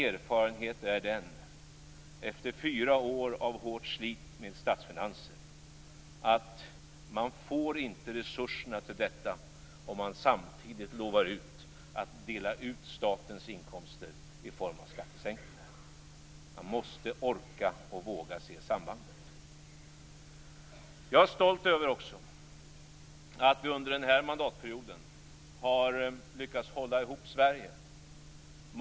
Efter fyra år av hårt slit med statsfinanserna är min erfarenhet den att man inte får resurser till detta om man samtidigt lovar att dela ut statens inkomster i form av skattesänkningar. Man måste orka och våga se sambandet. Jag är också stolt över att vi under den här mandatperioden har lyckats hålla ihop Sverige.